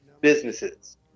businesses